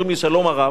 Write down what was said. אומרים לי: שלום הרב.